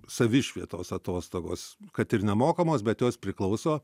savišvietos atostogos kad ir nemokamos bet jos priklauso